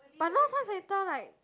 but now science center like